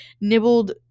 nibbled